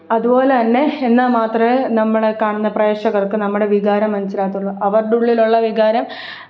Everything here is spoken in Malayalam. അതുപോലെതന്നെ എന്നാൽ മാത്രമേ നമ്മൾ കാണുന്ന പ്രേക്ഷകർക്ക് നമ്മുടെ വികാരം മനസ്സിലാവത്തുള്ളൂ അവരുടെ ഉള്ളിലുള്ള വികാരം